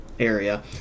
Area